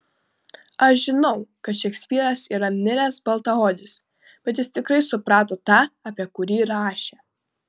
aš žinau kad šekspyras yra miręs baltaodis bet jis tikrai suprato tą apie kurį rašė